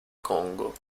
congo